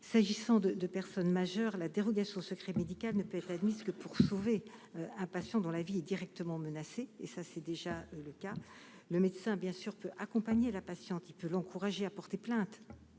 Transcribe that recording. s'agissant de 2 personnes majeures la dérogation au secret médical ne peut être admise que pour sauver un patient dont la vie est directement menacée et ça c'est déjà le cas, le médecin bien sûr peut accompagner la patiente il peut l'encourager à porter plainte,